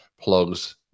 plugs